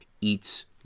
eats